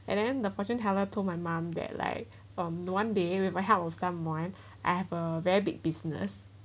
and then the fortune teller told my mum that like um one day with help of someone I have a very big business